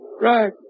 Right